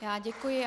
Já děkuji.